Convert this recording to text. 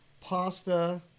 pasta